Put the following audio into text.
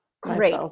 Great